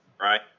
Right